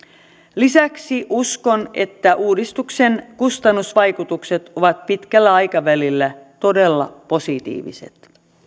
lisäksi uskon että uudistuksen kustannusvaikutukset ovat pitkällä aikavälillä todella positiiviset